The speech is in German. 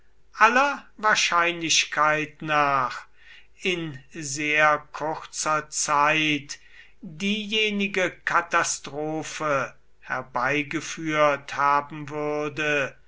aller wahrscheinlichkeit nach in sehr kurzer zeit diejenige katastrophe herbeigeführt haben würde